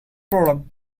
problem